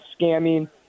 scamming